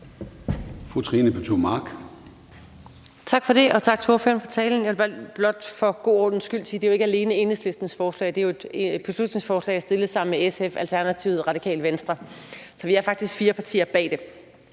Tak for det, og tak til ordføreren for talen. Jeg vil blot for god ordens skyld sige, at det jo ikke alene er Enhedslistens forslag. Det er jo et beslutningsforslag fremsat sammen med SF, Alternativet og Radikale Venstre, så vi er faktisk fire partier bag det.